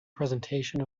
presentation